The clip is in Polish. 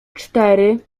cztery